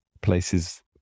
places